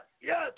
yes